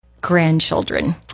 grandchildren